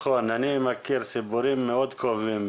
אני מכיר סיפורים מאוד כואבים,